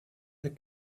the